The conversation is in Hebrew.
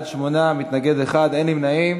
שמונה בעד, מתנגד אחד, אין נמנעים.